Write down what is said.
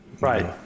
right